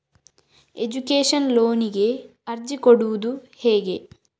Education ಲೋನಿಗೆ ಅರ್ಜಿ ಕೊಡೂದು ಹೇಗೆ?